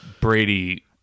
Brady